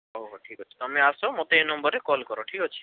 ହଉ ହଉ ଠିକ୍ ଅଛି ତମେ ଆସ ମତେ ଏ ନମ୍ବରରେ କଲ୍ କର ଠିକ୍ ଅଛି